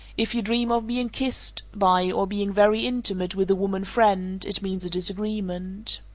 if you dream of being kissed by or being very intimate with a woman friend, it means a disagreement.